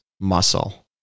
muscle